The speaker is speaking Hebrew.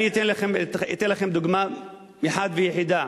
אני אתן לכם דוגמה אחת ויחידה: